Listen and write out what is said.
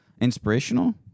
Inspirational